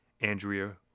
Andrea